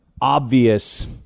obvious